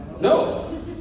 No